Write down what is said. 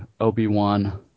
Obi-Wan